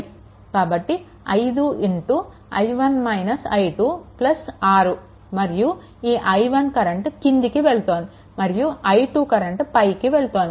కాబట్టి 5 i1 - i2 6 మరియు ఈ i1 కరెంట్ క్రిందికి వెళ్తోంది మరియు i3 కరెంట్ పైకి వెళ్తోంది